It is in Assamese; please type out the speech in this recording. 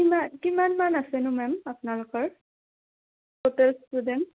কিমান কিমানমান আছেনো মেম আপোনালোকৰ টুটেল ষ্টুডেণ্ট